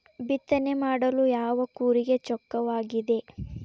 ಬಿತ್ತನೆ ಮಾಡಲು ಯಾವ ಕೂರಿಗೆ ಚೊಕ್ಕವಾಗಿದೆ?